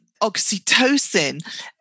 Oxytocin